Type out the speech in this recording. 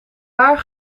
waar